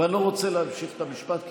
ואני לא רוצה להמשיך את המשפט,